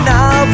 Now